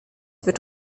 wird